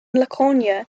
laconia